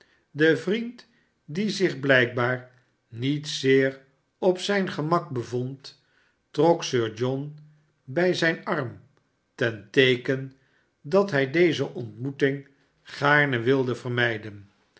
de vriend die zich blijkbaar niet zeer op zijn gemak bevond trok sir john bij zijn arm ten teeken dat hij deze ontmoeting gaarne wilde yermijden